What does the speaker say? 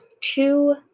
two